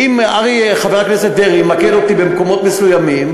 ואם חבר הכנסת דרעי ממקד אותי במקומות מסוימים,